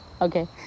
okay